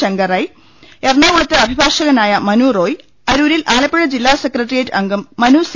ശങ്കർറൈ എറണാകുളത്ത് അഭിഭാഷകനായ മനു റോയ് അരൂരിൽ ആലപ്പുഴ ജില്ലാ സെക്രട്ടറിയേറ്റ് അംഗം മനുസി